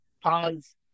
pause